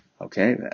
Okay